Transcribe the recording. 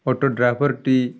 auto ଡ୍ରାଇଭରଟି